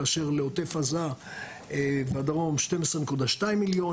כאשר לעוטף עזה והדרום 12.2 מיליון,